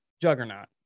Juggernaut